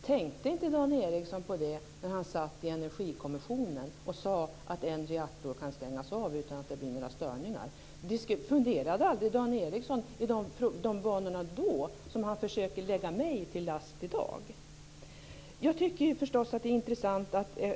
Herr talman! Tänkte inte Dan Ericsson på det när han satt i Energikommissionen, där han sade att en reaktor kunde stängas av utan att det skulle bli några störningar? Funderade Dan Ericsson aldrig i de banorna då, någonting som han försöker lägga mig till last i dag?